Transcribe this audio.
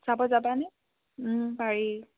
চাব যাবানে পাৰি